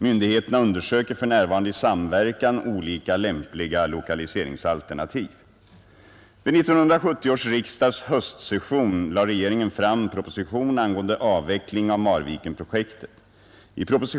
Myndigheterna undersöker för närvarande i samverkan olika lämpliga lokaliseringsalternativ.